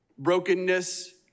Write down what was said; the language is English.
brokenness